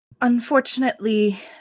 Unfortunately